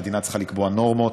המדינה צריכה לקבוע נורמות,